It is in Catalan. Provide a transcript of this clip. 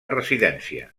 residència